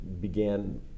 began